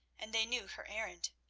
and they knew her errand.